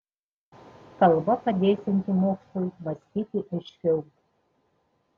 kalba padėsianti mokslui mąstyti aiškiau